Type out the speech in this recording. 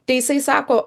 tai jisai sako